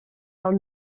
alt